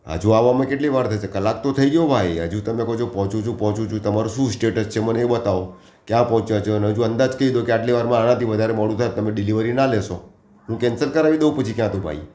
હજુ આવવામાં કેટલી વાર થશે કલાક તો થઇ ગયો ભાઈ હજુ તમે કહો છો પહોંચું છું પહોંચું છું તમારું શું સ્ટેટ્સ છે મને એ બતાવો ક્યાં પહોંચ્યા છો અને હજુ અંદાજ કહી દો કે આટલી વારમાં આનાથી વધારે મોડું થાય તો તમે ડિલિવરી ના લેશો હું કેન્સલ કરાવી દઉં પછી ક્યાં તો ભાઈ